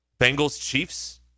Bengals-Chiefs